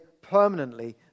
permanently